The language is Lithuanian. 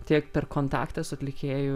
tiek per kontaktą su atlikėju